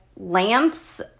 Lamps